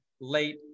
late